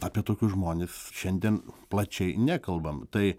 apie tokius žmones šiandien plačiai nekalbam tai